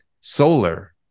solar